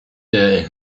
day